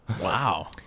Wow